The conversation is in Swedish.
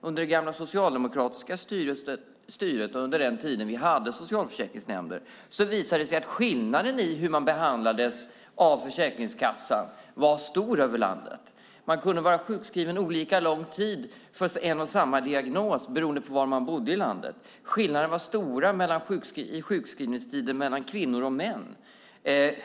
Under det gamla socialdemokratiska styret och under den tiden vi hade socialförsäkringsnämnder visade det sig att skillnaden i hur man behandlades av Försäkringskassan var stor över landet. Man kunde vara sjukskriven olika lång tid för en och samma diagnos beroende på var man bodde i landet. Skillnaderna var stora i sjukskrivningstider mellan kvinnor och män.